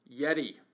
Yeti